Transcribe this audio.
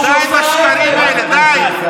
די עם השקרים האלה די.